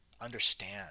understand